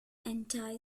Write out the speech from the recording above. anti